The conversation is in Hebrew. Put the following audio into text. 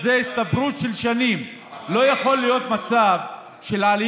תתחיל במשפט, 12 שנים, זו הצטברות של שנים.